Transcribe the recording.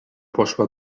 poszła